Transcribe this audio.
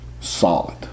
solid